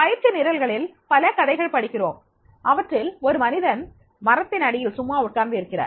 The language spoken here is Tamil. பயிற்சி நிரல்களில் பல கதைகள் படிக்கிறோம் அவற்றில் ஒரு மனிதன் மரத்தின் அடியில் சும்மா உட்கார்ந்து இருக்கிறார்